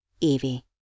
Evie